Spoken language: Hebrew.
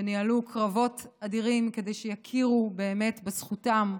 וניהלו קרבות אדירים כדי שיכירו באמת בזכותם לעבוד,